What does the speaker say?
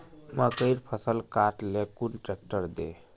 मकईर फसल काट ले कुन ट्रेक्टर दे?